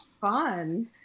fun